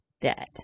dead